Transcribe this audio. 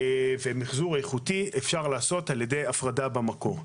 ומחזור איכותי אפשר לעשות על ידי הפרדה במקור.